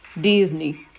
Disney